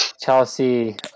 Chelsea